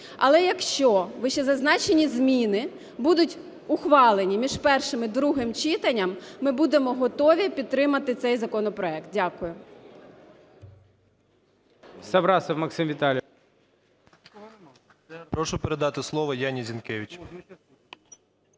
але якщо вищезазначені зміни будуть ухвалені між першим і другим читанням, ми будемо готові підтримати цей законопроект. Дякую.